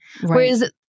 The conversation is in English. Whereas